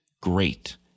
great